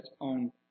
on